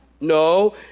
No